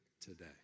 today